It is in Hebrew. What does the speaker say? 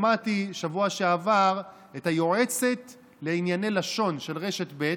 שמעתי בשבוע שעבר את היועצת לענייני לשון של רשת ב',